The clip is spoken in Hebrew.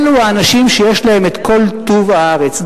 אלה האנשים שיש להם את כל טוב הארץ.